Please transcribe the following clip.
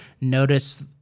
notice